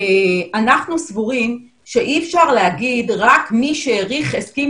אנחנו סבורים שאי אפשר להגיד רק מי שהסכים